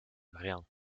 rien